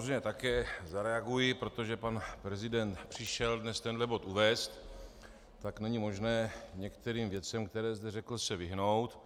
Já samozřejmě také zareaguji, protože pan prezident přišel dnes tenhle bod uvést, tak není možné některým věcem, které zde řekl, se vyhnout.